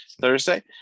Thursday